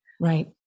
Right